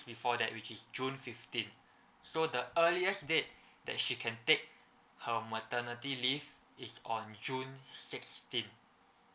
before that which is june fifteen so the earliest date then she can take her maternity leave is on june sixteen